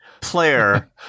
player